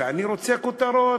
כשאני רוצה כותרות,